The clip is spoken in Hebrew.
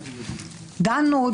דנו,